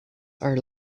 are